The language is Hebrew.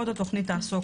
עוד התוכנית תעסוק,